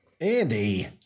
Andy